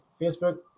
Facebook